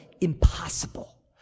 impossible